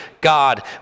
God